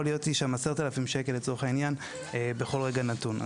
להיות שם עם 10,000 שקלים בכל רגע נתון.